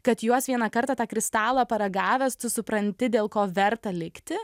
kad juos vieną kartą tą kristalą paragavęs tu supranti dėl ko verta likti